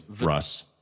Russ